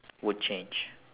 would change